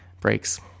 breaks